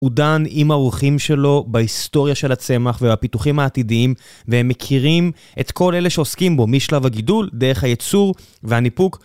הוא דן עם האורחים שלו בהיסטוריה של הצמח ובפיתוחים העתידיים, והם מכירים את כל אלה שעוסקים בו משלב הגידול, דרך היצור והניפוק.